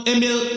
Emil